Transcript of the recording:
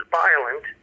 violent